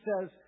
says